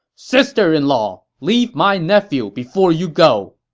sister-in-law, leave my nephew before you go!